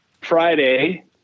Friday